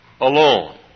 alone